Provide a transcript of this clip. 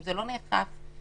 אם זה לא נאכף אז